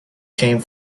came